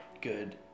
good